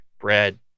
bread